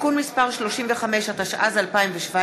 (תיקון מס׳ 35), התשע"ז 2017,